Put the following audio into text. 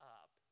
up